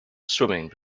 swimming